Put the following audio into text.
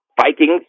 Vikings